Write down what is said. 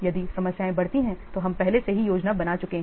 यदि समस्याएं बढ़ती हैं तो हम पहले से ही योजना बना चुके हैं